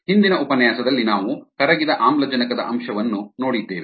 ಹಿಂದಿನ ಉಪನ್ಯಾಸದಲ್ಲಿ ನಾವು ಕರಗಿದ ಆಮ್ಲಜನಕದ ಅಂಶವನ್ನು ನೋಡಿದ್ದೇವೆ